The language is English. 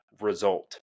result